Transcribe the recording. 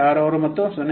66 ಮತ್ತು 0